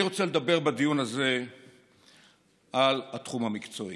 אני רוצה לדבר בדיון הזה על התחום המקצועי.